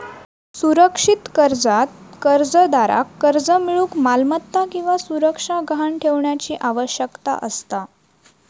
सुरक्षित कर्जात कर्जदाराक कर्ज मिळूक मालमत्ता किंवा सुरक्षा गहाण ठेवण्याची आवश्यकता असता